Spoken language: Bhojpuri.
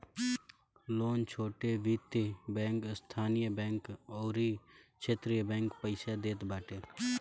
लोन छोट वित्तीय बैंक, स्थानीय बैंक अउरी क्षेत्रीय बैंक पईसा देत बाटे